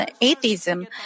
atheism